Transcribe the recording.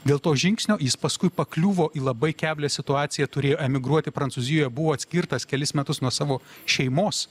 dėl to žingsnio jis paskui pakliuvo į labai keblią situaciją turėjo emigruoti prancūzijoje buvo atskirtas kelis metus nuo savo šeimos